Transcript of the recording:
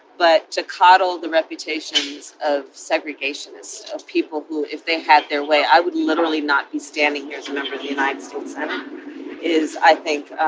but to coddle the reputations of segregationist people who if they had their way, i would literally not be standing here as a member of the united states senate is, i think